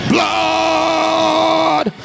Blood